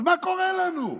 אז מה קורה לנו?